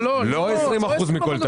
לא, לא, לא, לא 20% מכל תשלום.